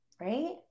Right